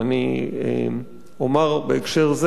אני אומר בהקשר זה,